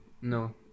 no